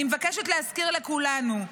אני מבקשת להזכיר לכולנו: